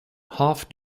half